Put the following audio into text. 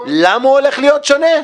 למה הוא הולך להיות שונה?